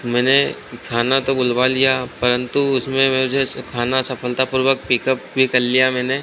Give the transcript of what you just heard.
मैंने खाना तो बुलवा लिया परन्तु उसमें मुझे खाना सफलतापूर्वक पिकअप भी कर लिया मैंने